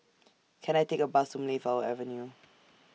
Can I Take A Bus to Mayflower Avenue